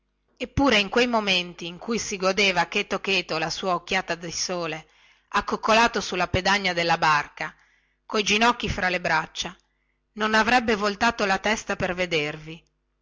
eppure in quei momenti in cui si godeva cheto cheto la sua occhiata di sole accoccolato sulla pedagna della barca coi ginocchi fra le braccia non avrebbe voltato la testa per vedervi